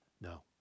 No